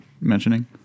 mentioning